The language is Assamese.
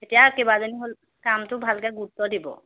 এতিয়া কেইবাজনী হ'ল কামটো ভালকৈ গুৰুত্ব দিব